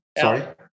sorry